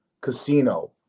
Casino